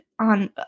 on